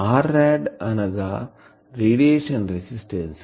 Rrad అనగా radiation resistance